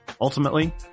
Ultimately